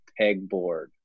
pegboard